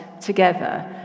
together